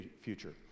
future